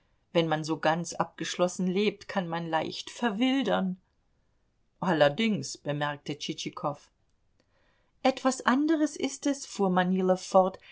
wenn man so ganz abgeschlossen lebt kann man leicht verwildern allerdings bemerkte tschitschikow etwas anderes ist es fuhr manilow fort